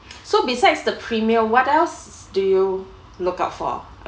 so besides the premium what else do you look out for